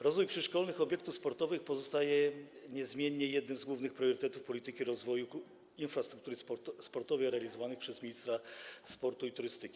Rozwój przyszkolnych obiektów sportowych pozostaje niezmiennie jednym z głównych priorytetów polityki rozwoju infrastruktury sportowej realizowanych przez ministra sportu i turystyki.